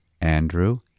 Andrew